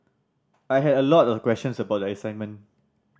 I had a lot of questions about the assignment